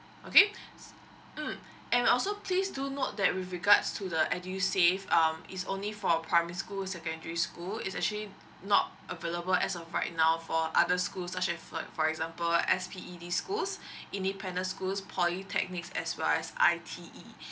okay um and also please do note that with regards to the edusave um is only for primary school secondary school is actually not available as of right now for other school such as for for example SPED schools independent schools polytechnics as well as I_T_E